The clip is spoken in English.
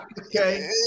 Okay